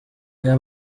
ayo